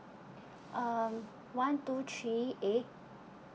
um one two three A